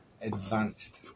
advanced